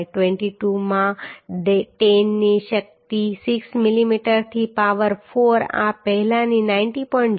22 માં 10 ની શક્તિ 6 મિલીમીટર થી પાવર 4 આ પહેલાની 90